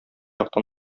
яктан